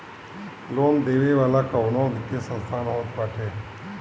loan देवे वाला कवनो वित्तीय संस्थान होत बाटे